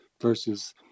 versus